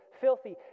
filthy